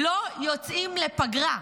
לא יוצאים לפגרה.